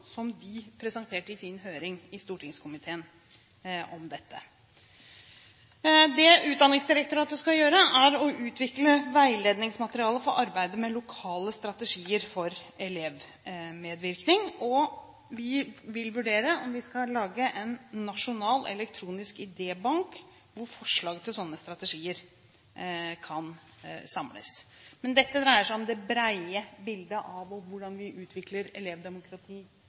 som de presenterte i sin høring i stortingskomiteen om dette. Det Utdanningsdirektoratet skal gjøre, er å utvikle veiledningsmateriale for arbeidet med lokale strategier for elevmedvirkning, og vi vil vurdere om vi skal lage en nasjonal elektronisk idébank hvor forslag til slike strategier kan samles. Men dette dreier seg om det brede bilde av hvordan vi utvikler elevdemokrati